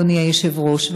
אדוני היושב-ראש,